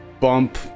bump